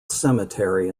cemetery